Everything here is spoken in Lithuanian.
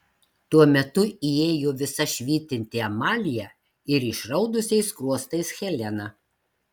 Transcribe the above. tuo metu įėjo visa švytinti amalija ir išraudusiais skruostais helena